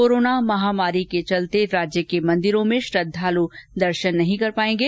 corona महामारी के चलते राज्य के मंदिरों में श्रद्वाल दर्शन नहीं कर पायेंगे